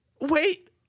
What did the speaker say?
Wait